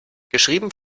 geschrieben